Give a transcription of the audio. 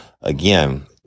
Again